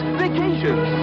vacations